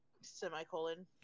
Semicolon